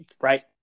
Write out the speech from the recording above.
Right